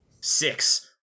six